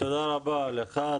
תודה רבה לך.